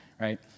right